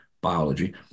biology